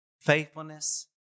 faithfulness